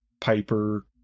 piper